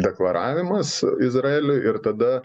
deklaravimas izraeliui ir tada